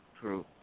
True